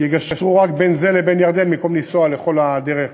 יגשרו רק בין זה ובין ירדן, במקום לנסוע כל הדרך,